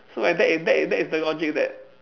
so like that is that that is the logic that